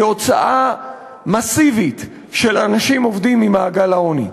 הוצאה מסיבית של אנשים עובדים ממעגל העוני.